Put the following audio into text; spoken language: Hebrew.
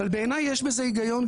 אבל בעיניי יש בזה היגיון,